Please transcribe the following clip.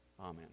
Amen